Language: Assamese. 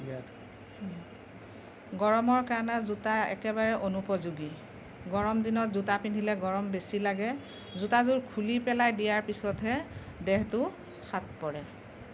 ইয়াত গৰমৰ কাৰণে জোতা একেবাৰে অনুপযোগী গৰম দিনত জোতা পিন্ধিলে গৰম বেছি লাগে জোতাযোৰ খুলি পেলাই দিয়াৰ পিছতহে দেহটো শাঁত পৰে